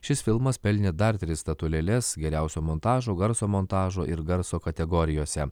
šis filmas pelnė dar tris statulėles geriausio montažo garso montažo ir garso kategorijose